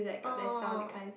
oh